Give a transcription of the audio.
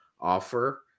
offer